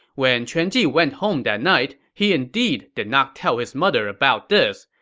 when quan ji went home that night, he indeed did not tell his mother about this.